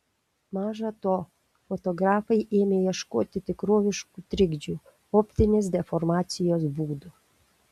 maža to fotografai ėmė ieškoti tikroviškų trikdžių optinės deformacijos būdų